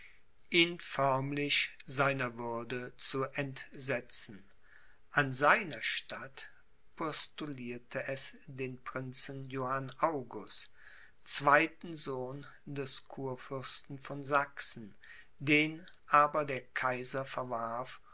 ihn förmlich seiner würde zu entsetzen an seiner statt postulierte es den prinzen johann august zweiten sohn des kurfürsten von sachsen den aber der kaiser verwarf